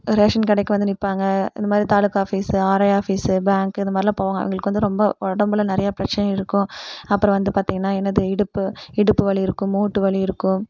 ration கடைக்கு வந்து நிற்பாங்க இந்தமாதிரி taluka office RI office bank இந்தமாதிரிலாம் போவாங்கள் அவங்களுக்கு வந்து ரொம்ப உடம்புல நிறையா பிரச்சனை இருக்கும் அப்புறம் வந்து பார்த்திங்கன்னா என்னது இடுப்பு இடுப்பு வலி இருக்கும் மூட்டு வலி இருக்கும்